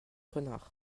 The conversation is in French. renards